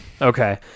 Okay